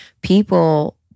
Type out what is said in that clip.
people